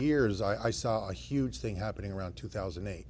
years i saw a huge thing happening around two thousand and eight